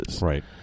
Right